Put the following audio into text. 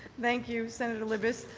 thank you, senator libous.